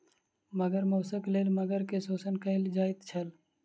मगर मौसक लेल मगर के शोषण कयल जाइत छल